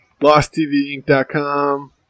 LostTVInc.com